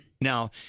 Now